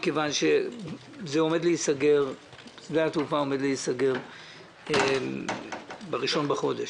כיוון ששדה התעופה עומד להיסגר ב-1 בחודש.